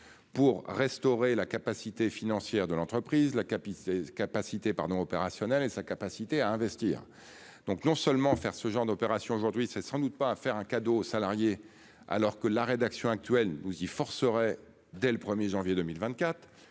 Pour restaurer la capacité financière de l'entreprise. La capitale capacités pardon. Et sa capacité à investir donc non seulement faire ce genre d'opération aujourd'hui. C'est sans doute pas à faire un cadeau aux salariés, alors que la rédaction actuelle nous y forcerait dès le 1er janvier 2024